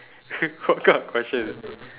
what kind of question is